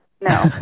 no